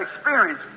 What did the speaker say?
experience